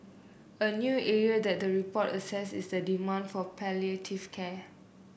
a new area that the report assesses is the demand for palliative care